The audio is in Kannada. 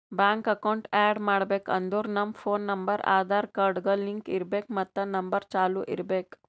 ಬ್ಯಾಂಕ್ ಅಕೌಂಟ್ ಆ್ಯಡ್ ಮಾಡ್ಬೇಕ್ ಅಂದುರ್ ನಮ್ ಫೋನ್ ನಂಬರ್ ಆಧಾರ್ ಕಾರ್ಡ್ಗ್ ಲಿಂಕ್ ಇರ್ಬೇಕ್ ಮತ್ ನಂಬರ್ ಚಾಲೂ ಇರ್ಬೇಕ್